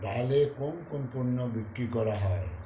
ডালে কোন কোন পণ্য বিক্রি করা হয়